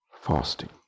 fasting